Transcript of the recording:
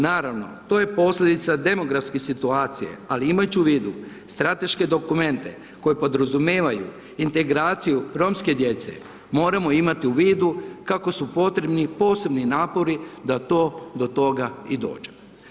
Naravno, to je posljedica demografske situacije, ali imajući u vidu strateške dokumente koji podrazumijevaju integraciju romske djece, moramo imati u vidu kako su potrebni posebni napori da to do toga i dođe.